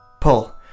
Pull